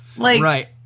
Right